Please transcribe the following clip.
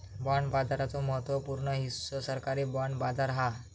bond बाजाराचो महत्त्व पूर्ण हिस्सो सरकारी बाँड बाजार हा